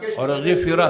עורך דין פראס,